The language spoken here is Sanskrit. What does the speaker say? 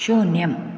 शून्यम्